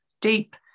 deep